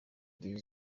jay